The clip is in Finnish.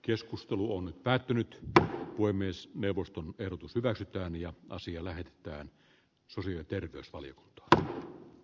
aikana on päättynyt puhemiesneuvoston ehdotus hyväksytään ja asia lähetetään sarjakierros oli oikea tavoite